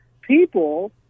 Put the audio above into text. people